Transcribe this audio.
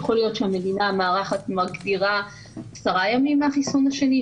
יכול להיות שהמדינה המארחת מגדירה עשרה ימים לחיסון השני,